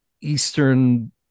Eastern